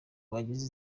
bagize